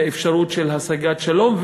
לאפשרות של השגת שלום,